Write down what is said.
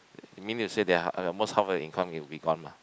meaning to say that almost half of the income will be gone lah